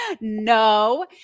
No